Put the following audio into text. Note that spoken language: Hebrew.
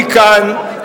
אני כאן,